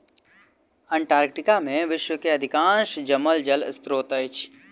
Antarctica में विश्व के अधिकांश जमल जल स्त्रोत अछि